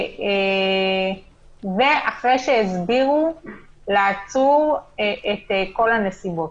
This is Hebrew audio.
ואחרי שהסבירו לעצור את כל הנסיבות.